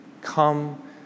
Come